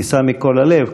ניסה מכל הלב,